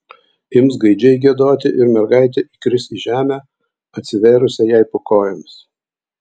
ims gaidžiai giedoti ir mergaitė įkris į žemę atsivėrusią jai po kojomis